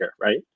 right